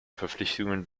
verpflichtungen